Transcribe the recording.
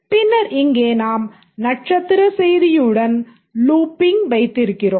பின்னர் இங்கே நாம் நட்சத்திர செய்தியுடன் லூப்பிங் வைத்திருக்கிறோம்